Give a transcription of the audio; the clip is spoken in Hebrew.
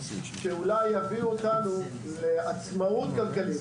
שאולי יביאו אותנו לעצמאות כלכלית,